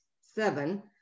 seven